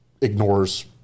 ignores